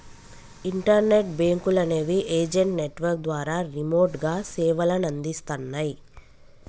internet బ్యేంకులనేవి agent network ద్వారా రిమోట్గా సేవలనందిస్తన్నయ్